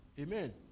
amen